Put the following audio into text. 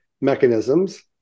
mechanisms